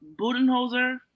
Budenholzer